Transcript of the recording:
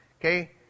Okay